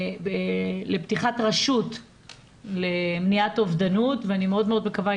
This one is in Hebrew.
לפתיחת רשות למניעת אובדנות ואני מאוד מקווה,